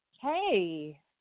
Hey